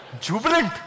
jubilant